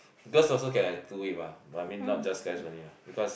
girls also can do it mah but I mean not just guys only mah because